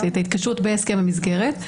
את ההתקשרות בהסכם המסגרת,